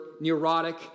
neurotic